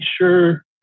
sure